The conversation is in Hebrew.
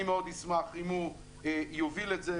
מאוד אשמח אם הוא יוביל את זה.